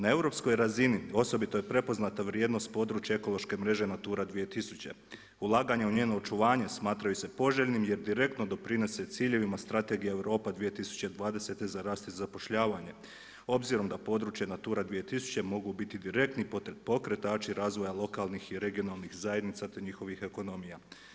Na europskoj razini osobito je prepoznato vrijednost područja ekološke mreže Natura 2000. ulaganje u njeno očuvanje smatraju se poželjnim jer direktno doprinose ciljevima strategija Europa 2020. za rast i zapošljavanje obzirom da područje Natura 2000. mogu biti direktni pokretači razvoja lokalnih i regionalnih zajednica te njihovih ekonomija.